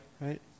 right